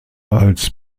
als